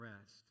rest